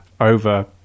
over